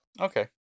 Okay